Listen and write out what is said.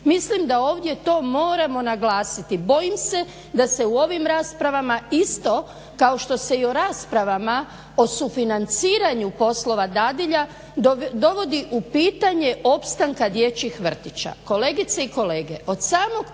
Mislim da ovdje to moramo naglasiti. Bojim se da se u ovim raspravama isto kao što se i u raspravama o sufinanciranju poslova dadilja dovodi u pitanje opstanka dječjih vrtića. Kolegice i kolege, od same